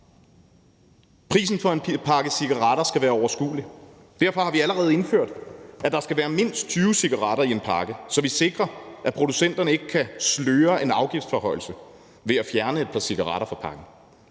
Prisen for en pakke cigaretter skal være overskuelig. Derfor har vi allerede indført, at der skal være mindst 20 cigaretter i en pakke, så vi sikrer, at producenterne ikke kan sløre en afgiftsforhøjelse ved at fjerne et par cigaretter fra pakken.